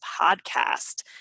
podcast